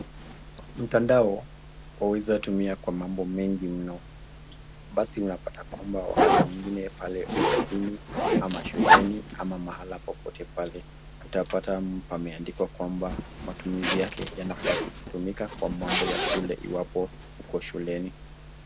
Mtandao unaweza kwa vitu mingi mno basi unapata wakati mwingine pale ofisini ama shuleni Kuna mahali popote pale utapata pameandikwa matumizi yake yanafaa kutumika kwa mambo ya shule iwapo uko.